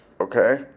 okay